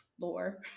lore